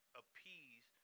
appease